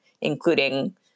including